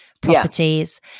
properties